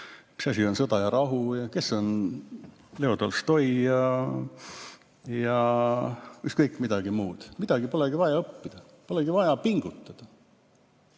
mis asi on "Sõda ja rahu", kes on Leo Tolstoi ja ükskõik, midagi muud. Midagi polegi vaja õppida, polegi vaja pingutada.